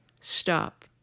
stop